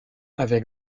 avec